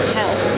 help